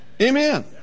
Amen